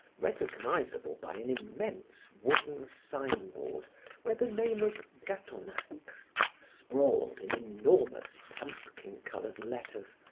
recognizable by an immense wooden signboard where the name of gatonax sprawled in enormous pumpkin-colored letters,